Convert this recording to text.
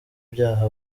byaha